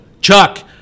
Chuck